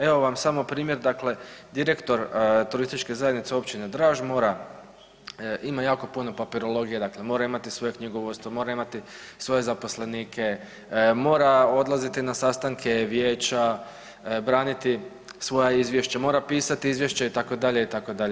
Evo vam samo primjer dakle direktor turističke zajednice općine Draž mora, ima jako puno papirologije dakle mora imati svoje knjigovodstvo, mora imati svoje zaposlenike, mora odlaziti na sastanke vijeća, braniti svoja izvješća, mora pisati izvješće itd., itd.